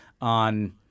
on